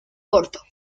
corto